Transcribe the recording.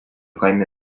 kaime